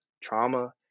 trauma